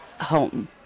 home